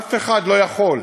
אף אחד לא יכול,